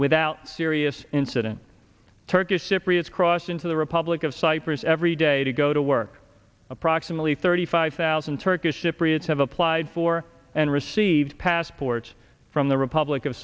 without serious incident turkish cypriots crossed into the republic of cyprus every day to go to work approximately thirty five thousand turkish cypriots have applied for and received passports from the republic